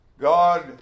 God